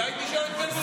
אולי תשאל את בן-גוריון.